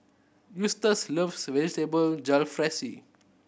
Eustace loves Vegetable Jalfrezi